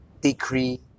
Decree